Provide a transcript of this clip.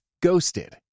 Ghosted